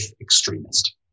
extremist